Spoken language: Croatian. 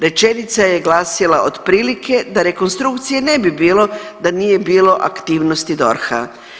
Rečenica je glasila otprilike da rekonstrukcije ne bi bilo da nije bilo aktivnosti DORH-a.